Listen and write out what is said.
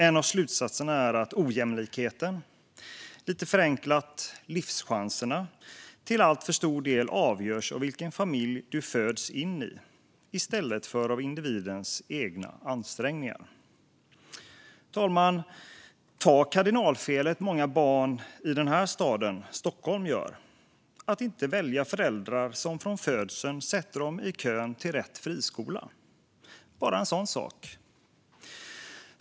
En av slutsatserna är att ojämlikheten och lite förenklat livschanserna till alltför stor del avgörs av vilken familj du föds in i i stället för av individens egna ansträngningar. Herr talman! Vi kan ta kardinalfelet som många barn gör i den här staden, Stockholm, att inte välja föräldrar som ställer dem i kö till rätt friskola redan vid födseln - bara en sådan sak.